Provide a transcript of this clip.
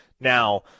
Now –